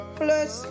plus